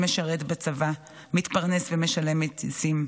שמשרת בצבא, מתפרנס ומשלם מיסים.